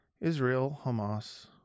Israel-Hamas